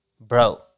bro